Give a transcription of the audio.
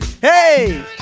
Hey